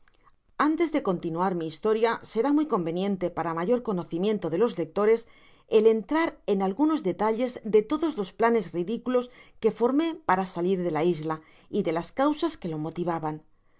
antes de continuar mi historia será muy conveniente para mayor conocimiento de los lectores el entrar en algunos detalles de todos los planes ridiculos que forme paar salir de la isla y de las causas que lo motivaban